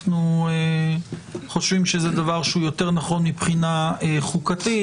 אנחנו חושבים שזה יותר נכון מבחינה חוקתית,